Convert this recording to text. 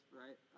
right